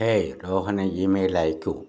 hey രോഹന് email അയയ്ക്കൂ